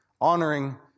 Honoring